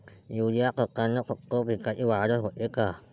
Urea खतानं फक्त पिकाची वाढच होते का?